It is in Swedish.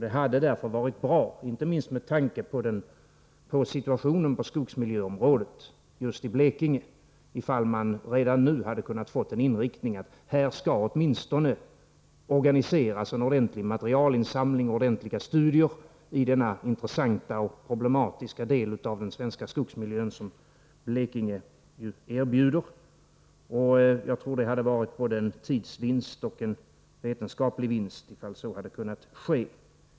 Det hade därför varit bra — inte minst med tanke på situationen på skogsmiljöområdet just i Blekinge — om man redan nu hade kunnat få fram en inriktning att det åtminstone skall organiseras en ordentlig materialinsamling och ordentliga studier i den intressanta och problematiska del av den svenska skogsmiljön som Blekinge ju erbjuder. Jag tror att det hade inneburit både en tidsvinst och en vetenskaplig vinst om så hade kunnat ske.